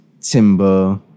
timber